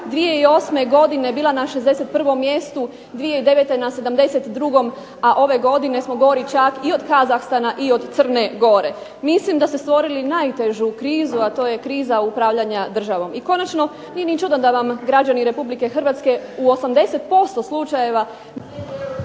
2008. godine bila na 61. mjestu, 2009. na 72., a ove godine smo gori čak i od Kazahstana, i od Crne Gore. Mislim da ste stvorili najtežu krizu, a to je kriza upravljanja državom. I konačno, nije ni čudo da vam građani Republike Hrvatske u 80% slučajeva